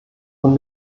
von